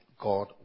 God